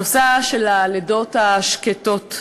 הנושא של "לידות שקטות",